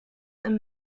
and